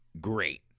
great